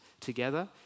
together